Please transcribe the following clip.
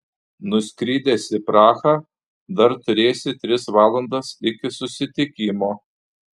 nuskridęs į prahą dar turėsi tris valandas iki susitikimo